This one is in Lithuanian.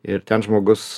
ir ten žmogus